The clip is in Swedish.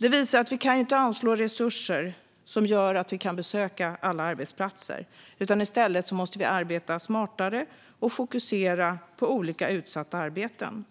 Det visar att vi inte kan anslå resurser som gör att man kan besöka alla arbetsplatser. I stället måste man arbeta smartare och fokusera på olika utsatta arbeten.